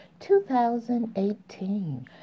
2018